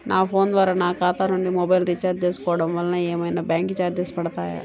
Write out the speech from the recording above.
నా ఫోన్ ద్వారా నా ఖాతా నుండి మొబైల్ రీఛార్జ్ చేసుకోవటం వలన ఏమైనా బ్యాంకు చార్జెస్ పడతాయా?